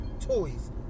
toys